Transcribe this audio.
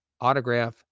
autograph